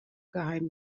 geheim